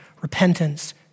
repentance